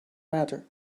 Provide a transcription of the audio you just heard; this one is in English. matter